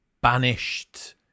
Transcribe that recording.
banished